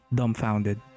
dumbfounded